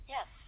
Yes